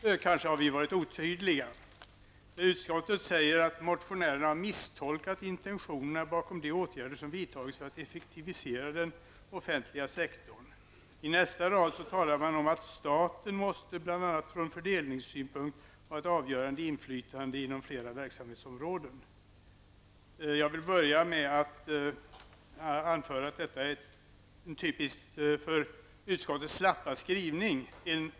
Vi kanske har varit otydliga. Utskottet säger att ''motionärerna har misstolkat intentionen bakom de åtgärder som vidtagits för att effektivisera den offentliga sektorn''. I nästa rad i betänkandet talar man om att ''staten måste bl.a. från fördelningssynpunkt ha ett avgörande inflytande inom flera verksamhetsområden''. Jag vill börja med att anföra att detta är typiskt för utskottets slappa skrivning.